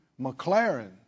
McLaren